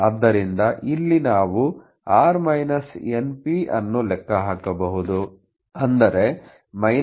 ಆದ್ದರಿಂದ ಇಲ್ಲಿ ನಾವು ಅನ್ನು ಲೆಕ್ಕಹಾಕಬಹುದು ಅಂದರೆ 11